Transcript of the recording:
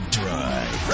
drive